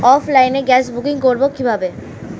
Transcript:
অফলাইনে গ্যাসের বুকিং করব কিভাবে?